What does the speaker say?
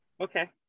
Okay